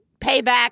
payback